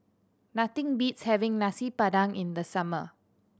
nothing beats having Nasi Padang in the summer